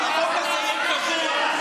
אז בית המרקחת היה מרוויח 30 שקלים.